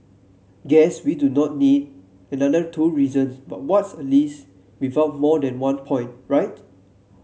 guess we do not need another two reasons but what's a list without more than one point right